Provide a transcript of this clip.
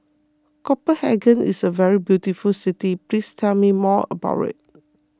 Copenhagen is a very beautiful city please tell me more about it